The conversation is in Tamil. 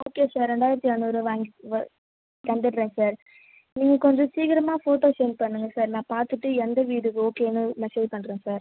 ஓகே சார் ரெண்டாயிரத்தி ஐநூறு வாங்கிக் வ தந்துடுறேன் சார் நீங்கள் கொஞ்சம் சீக்கிரமாக ஃபோட்டோ சென்ட் பண்ணுங்கள் சார் நான் பார்த்துட்டு எந்த வீடு ஓகேன்னு மெசேஜ் பண்ணுறேன் சார்